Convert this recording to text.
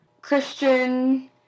Christian